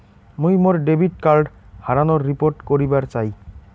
মুই মোর debit card হারানোর রিপোর্ট করিবার চাই